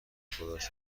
خودش